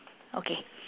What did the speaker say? okay